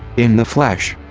in the flesh!